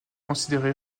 considérée